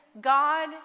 God